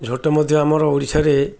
ଝୋଟ ମଧ୍ୟ ଆମର ଓଡ଼ିଶାରେ